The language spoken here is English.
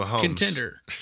contender